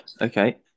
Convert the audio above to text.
Okay